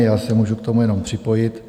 Já se můžu k tomu jenom připojit.